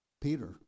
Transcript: Peter